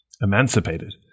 Emancipated